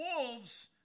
wolves